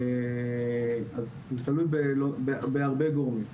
זה תלוי בהרבה גורמים.